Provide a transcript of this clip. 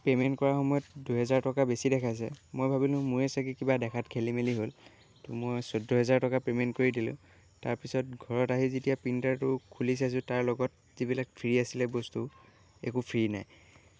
payment কৰাৰ সময়ত দুহেজাৰ টকা বেছি দেখাইছে মই ভাবিলোঁ মোৰেই চাগে দেখাত খেলি মেলি হ'ল তো মই চৈধ্য় হেজাৰ টকা পে'মেণ্ট কৰি দিলোঁ তাৰ পিছত ঘৰত আহি যেতিয়া প্ৰিণ্টাৰটো খুলি চাইছোঁ তাৰ লগত যিবিলাক ফ্ৰী আছিলে বস্তু একো ফ্ৰী নাই